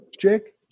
jake